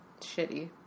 shitty